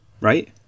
right